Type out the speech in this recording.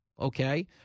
okay